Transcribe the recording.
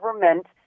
government